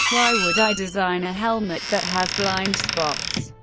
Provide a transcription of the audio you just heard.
why would i design a helmet that has blind spots.